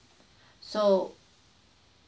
so